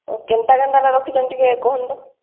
ଆଉ କେନ୍ତା କେନ୍ତାଟା ରଖିଛନ୍ତି ଟିକେ କହନ ତ